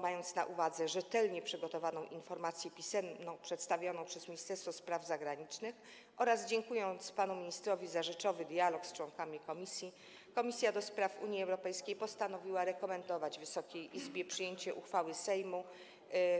Mając na uwadze rzetelnie przygotowaną pisemną informację przedstawioną przez Ministerstwo Spraw Zagranicznych oraz dziękując panu ministrowi za rzeczowy dialog z członkami komisji, Komisja do Spraw Unii Europejskiej postanowiła rekomendować Wysokiej Izbie przyjęcie uchwały Sejmu,